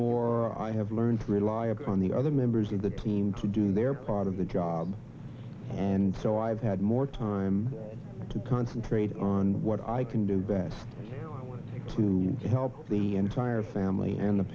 more i have learned rely upon the other members of the team to do their part of the job and so i've had more time to concentrate on what i can do best to help the entire family and the